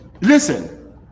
Listen